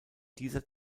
dieser